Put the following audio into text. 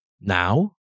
now